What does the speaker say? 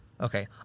Okay